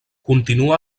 continua